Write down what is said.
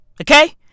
Okay